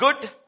good